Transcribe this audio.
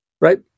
right